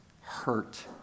hurt